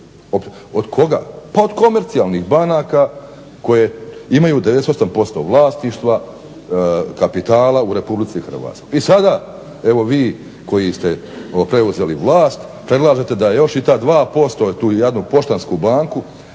Od koga? Pa od komercijalnih banaka koje imaju 98% vlasništva kapitala u RH. I sada evo vi koji ste preuzeli vlast predlažete da ta 2% tu jadnu Poštansku banku